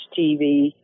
TV